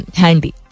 handy